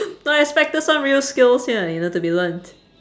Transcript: I expected some real skills here you know to be learnt